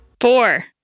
Four